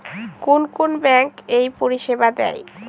কোন কোন ব্যাঙ্ক এই পরিষেবা দেয়?